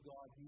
God